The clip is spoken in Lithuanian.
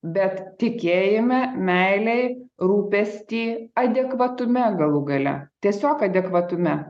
bet tikėjime meilėj rūpestį adekvatume galų gale tiesiog adekvatume